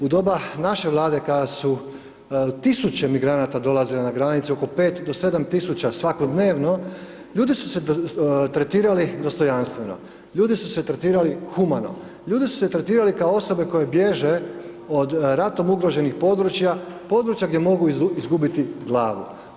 U doba naše Vlade kad su tisuće migranata dolazile na granicu, od 5 do 7000 svakodnevno, ljudi su se tretirali dostojanstveno, ljudi su se tretirali humano, ljudi su se tretirali kao osobe koje bježe od ratom ugroženih područja, područja gdje mogu izgubiti glavu.